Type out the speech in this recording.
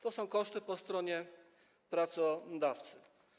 To są koszty po stronie pracodawcy.